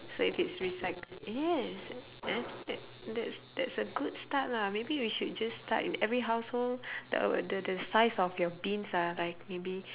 so if it's recyc~ yes that that that's that's a good start lah maybe we should just start in every household the the the size of your bins are like maybe